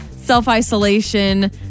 self-isolation